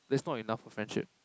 that's not enough for friendship